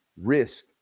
risk